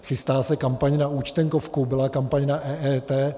Chystá se kampaň na účtenkovku, byla kampaň na EET.